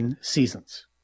seasons